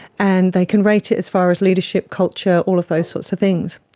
and they can rate it as far as leadership, culture, all of those sorts of things.